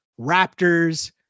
Raptors